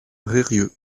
reyrieux